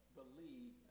believe